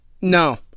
no